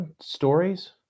stories